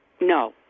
No